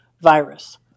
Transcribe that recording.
virus